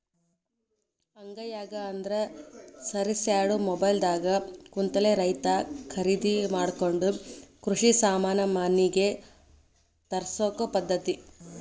ಅಂಗೈಯಾಗ ಅಂದ್ರ ಸರಿಸ್ಯಾಡು ಮೊಬೈಲ್ ದಾಗ ಕುಂತಲೆ ರೈತಾ ಕರಿದಿ ಮಾಡಕೊಂಡ ಕೃಷಿ ಸಾಮಾನ ಮನಿಗೆ ತರ್ಸಕೊ ಪದ್ದತಿ